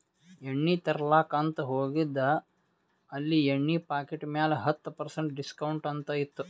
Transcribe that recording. ಎಣ್ಣಿ ತರ್ಲಾಕ್ ಅಂತ್ ಹೋಗಿದ ಅಲ್ಲಿ ಎಣ್ಣಿ ಪಾಕಿಟ್ ಮ್ಯಾಲ ಹತ್ತ್ ಪರ್ಸೆಂಟ್ ಡಿಸ್ಕೌಂಟ್ ಅಂತ್ ಇತ್ತು